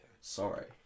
Sorry